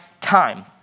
time